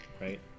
right